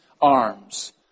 arms